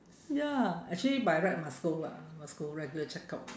ya actually by right must go lah must go regular check-up